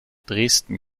dresden